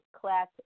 class